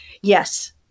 Yes